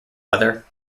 other